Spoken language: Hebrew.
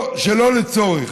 שלא לצורך.